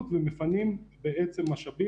רק שקופות החולים לא מסוגלות לטפל בנדבקים החדשים,